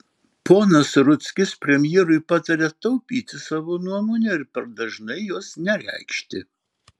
ponas rudzkis premjerui pataria taupyti savo nuomonę ir per dažnai jos nereikšti